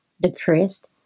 depressed